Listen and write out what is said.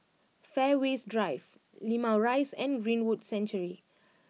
Fairways Drive Limau Rise and Greenwood Sanctuary